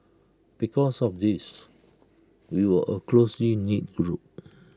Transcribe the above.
because of this we were A closely knit group